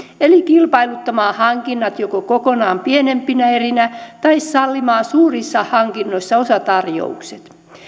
eli kilpailuttamaan hankinnat joko kokonaan pienempinä erinä tai sallimaan suurissa hankinnoissa osatarjoukset